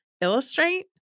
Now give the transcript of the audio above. illustrate